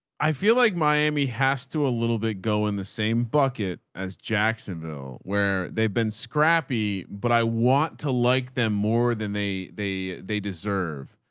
i feel like miami has to a little bit go in the same bucket as jacksonville, where they've been scrappy, but i want to like them more than they, they they deserve.